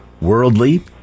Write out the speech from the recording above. Worldly